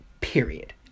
Period